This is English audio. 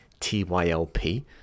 TYLP